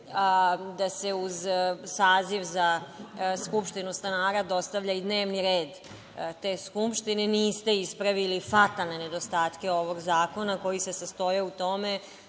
da se uz saziv za skupštinu stanara dostavlja i dnevni red te skupštine, niste ispravili fatalne nedostatke ovog zakona, koji se sastoje u tome